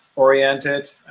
Oriented